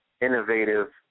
innovative